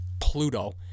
Pluto